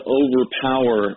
overpower